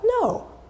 No